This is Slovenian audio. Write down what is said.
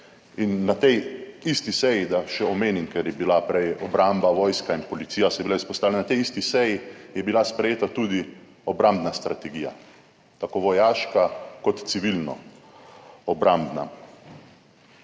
In na tej isti seji, da še omenim, ker je bila prej obramba, vojska in policija so bila izpostavljena na tej isti seji, je bila sprejeta tudi obrambna strategija tako vojaška kot civilno obrambna.